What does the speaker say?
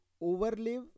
overlive